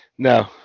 No